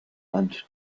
and